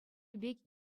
пек